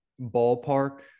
ballpark